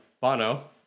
Bono